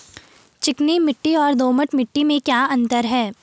चिकनी मिट्टी और दोमट मिट्टी में क्या अंतर है?